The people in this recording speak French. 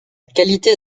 qualité